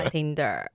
Tinder